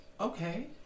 Okay